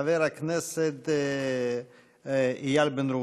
חבר הכנסת איל בן ראובן.